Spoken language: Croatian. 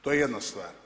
To je jedna stvar.